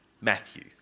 Matthew